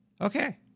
okay